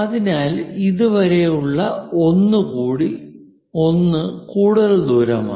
അതിനാൽ ഇതുപോലുള്ള ഒന്ന് കൂടുതൽ ദൂരമാണ്